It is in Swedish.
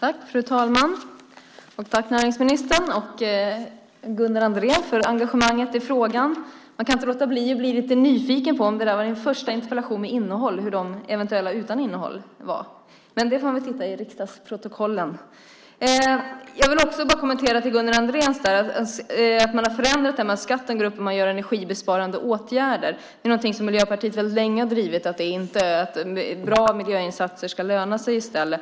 Fru talman! Jag tackar näringsministern och Gunnar Andrén för engagemanget i frågan. Jag kan inte låta bli att bli lite nyfiken. Om detta var Gunnar Andréns första interpellation med innehåll undrar jag hur de eventuella interpellationer utan innehåll var. Men man får väl titta i riksdagsprotokollen. Jag vill kommentera det som Gunnar Andrén sade om att man har gjort en förändring så att skatten inte går upp om man vidtar energibesparande åtgärder. Det är någonting som Miljöpartiet har drivit väldigt länge, nämligen att bra miljöinsatser ska löna sig i stället.